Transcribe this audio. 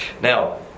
Now